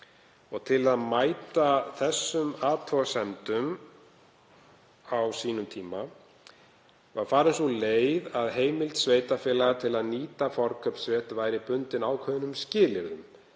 Til að mæta þeim athugasemdum á sínum tíma var farin sú leið að heimild sveitarfélaga til að nýta forkaupsrétt væri bundin ákveðnum skilyrðum